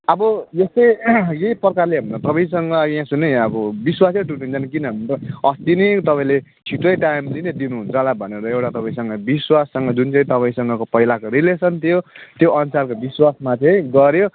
अब यस्तै यही प्रकारले हो भने त तपाईँसँग यहाँ सुन्नु है यहाँ अब विश्वासै टुटिन्छ नि किनभने त अस्ति नि तपाईँले छिट्टै टाइमले नै दिनुहुन्छ होला भनेर एउटा तपाईँसँग विश्वाससँग जुन चाहिँ तपाईँसँगको पहिलाको रिलेसन थियो त्योअनुसारको विश्वासमा चाहिँ गऱ्यो